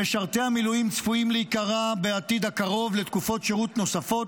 שמשרתי המילואים צפויים להיקרא בעתיד הקרוב לתקופות שירות נוספות,